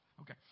Okay